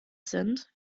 sind